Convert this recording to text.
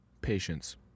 patience